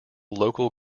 local